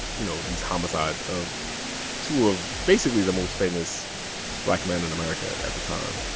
you know, these homicides of two of, basically, the most famous black men in america at the time.